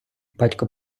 батько